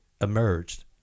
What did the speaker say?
emerged